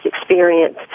experience